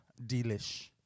delish